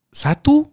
satu